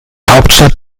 hauptstadt